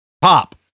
Pop